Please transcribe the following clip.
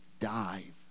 dive